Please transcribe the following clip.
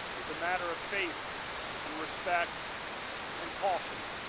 was a matter of faith and respect and caution.